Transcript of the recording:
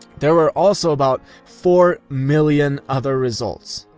there were also about four million other results.